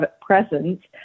presence